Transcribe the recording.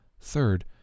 Third